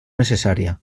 necessària